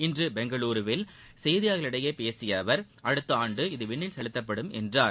இன்று பெங்ளூருவில் செய்தியாளா்களிடம் பேசிய அவா் அடுத்த ஆண்டு இது விண்ணில் செலுத்தப்படும் என்றார்